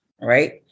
right